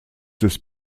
des